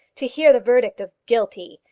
to hear the verdict of guilty,